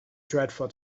dreadful